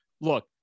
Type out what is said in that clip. look